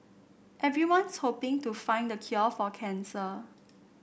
everyone's hoping to find the cure for cancer